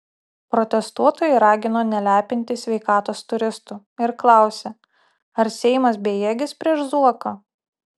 protestuotojai ragino nelepinti sveikatos turistų ir klausė ar seimas bejėgis prieš zuoką